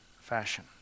fashion